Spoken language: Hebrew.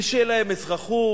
ושתהיה להם אזרחות?